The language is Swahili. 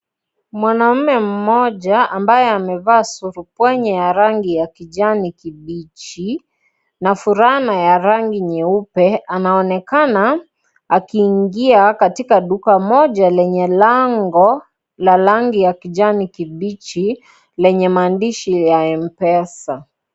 Mwanaume mmoja ambaye amevaa surupwenye ya rangi ya kijani kibichi na fulana ya rangi nyeupe anaonekana akiingia katika duka mmoja lenye lango la rangi ya kijani kibichi lenye maandishi ya M-pesa.